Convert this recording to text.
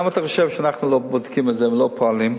למה אתה חושב שאנחנו לא בודקים את זה ולא פועלים?